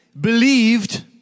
believed